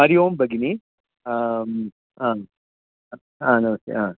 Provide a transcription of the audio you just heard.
हरिः ओं भगिनि ह हा नमस्ते ह